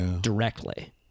directly